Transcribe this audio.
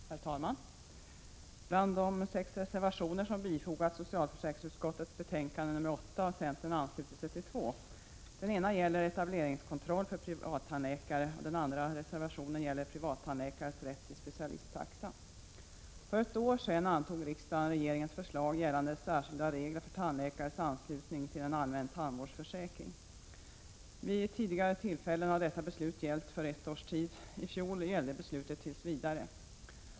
Herr talman! Bland de sex reservationer som fogats vid socialförsäkringsutskottets betänkande nr 8 har centern anslutit sig till två. Den ena reservationen gäller etableringskontroll för privattandläkare, den andra gäller privattandläkares rätt till specialisttaxa. För ett år sedan antog riksdagen regeringens förslag gällande särskilda regler för tandläkares anslutning till den allmänna tandvårdsförsäkringen. 7n Vid tidigare tillfällen har detta beslut gällt för ett års tid, men beslutet i fjol gällde tills vidare.